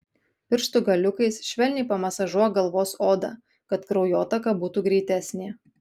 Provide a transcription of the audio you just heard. pirštų galiukais švelniai pamasažuok galvos odą kad kraujotaka būtų greitesnė